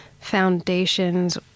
foundations